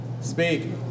speak